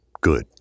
good